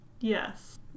Yes